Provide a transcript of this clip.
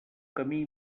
camí